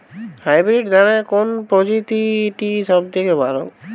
Hybrid ধানের কোন প্রজীতিটি সবথেকে ভালো?